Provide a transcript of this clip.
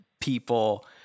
people